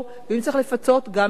ואם צריך לפצות, גם נפצה.